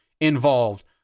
involved